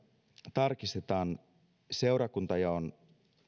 tarkistetaan seurakuntajaon